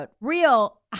real